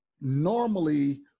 Normally